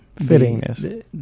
fittingness